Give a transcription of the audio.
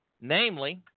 Namely